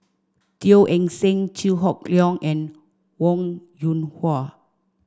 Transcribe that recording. Teo Eng Seng Chew Hock Leong and Wong Yoon Wah